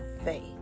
Faith